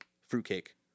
Fruitcake